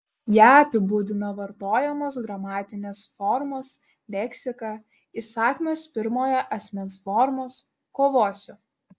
ją apibūdina vartojamos gramatinės formos leksika įsakmios pirmojo asmens formos kovosiu